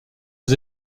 aux